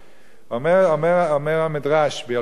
אומר המדרש ב"ילקוט שמעוני"